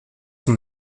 son